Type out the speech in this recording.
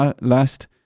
last